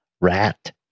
rat